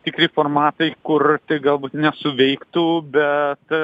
tikri formatai kur tai galbūt nesuveiktų bet